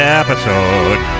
episode